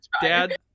Dad